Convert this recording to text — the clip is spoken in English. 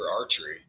archery